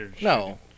no